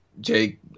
Jake